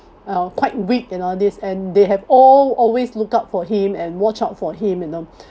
uh quite weak and all these and they have all always look out for him and watch out for him you know